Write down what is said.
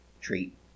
treat